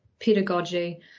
pedagogy